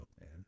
man